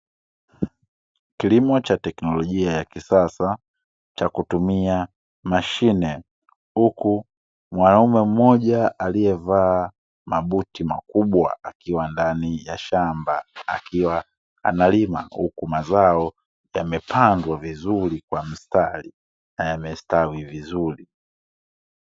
Kilimo cha teknolojia ya kisasa cha kutumia mashine, huku mwanaume mmoja aliyevaa mabuti makubwa, akiwa ndani ya shamba akiwa analima, huku mazao yamepandwa vizuri kwa mstari, na yamestawi vizuri.